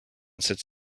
sits